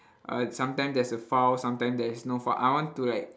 uh sometimes there's a foul sometimes there is no foul I want to like